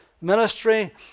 ministry